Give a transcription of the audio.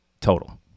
Total